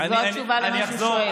זו התשובה על מה שהוא שואל.